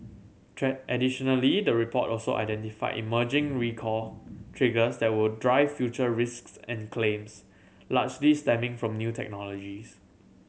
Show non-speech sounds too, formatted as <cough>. <unintelligible> additionally the report also identified emerging recall triggers that will drive future risks and claims largely stemming from new technologies